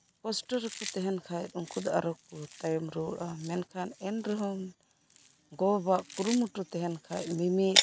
ᱠᱚᱥᱴᱚᱨᱮᱠᱩ ᱛᱟᱦᱮ ᱱ ᱠᱷᱟᱡ ᱩᱱᱠᱩ ᱫᱚ ᱟᱨᱚᱠᱩ ᱛᱟᱭᱚᱢ ᱨᱩᱣᱟᱹᱲᱚᱜᱼᱟ ᱢᱮᱱᱠᱷᱟᱱ ᱮᱱᱨᱮᱦᱚᱸ ᱜᱚ ᱵᱟᱵᱟᱣᱟᱜ ᱠᱩᱨᱩᱢᱩᱴᱩ ᱛᱟᱦᱮᱱᱠᱷᱟᱡ ᱢᱤᱢᱤᱫ